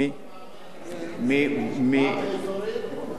פעם אזורית, פעם ערכית.